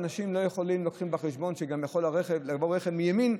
ואנשים לא מביאים בחשבון שיכול לבוא גם רכב מימין.